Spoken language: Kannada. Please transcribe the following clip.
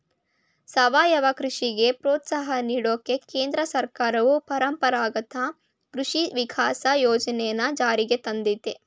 ಸಾವಯವ ಕೃಷಿಗೆ ಪ್ರೋತ್ಸಾಹ ನೀಡೋಕೆ ಕೇಂದ್ರ ಸರ್ಕಾರವು ಪರಂಪರಾಗತ ಕೃಷಿ ವಿಕಾಸ ಯೋಜನೆನ ಜಾರಿಗ್ ತಂದಯ್ತೆ